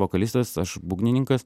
vokalistas aš būgnininkas